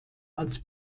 als